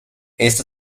esta